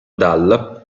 dal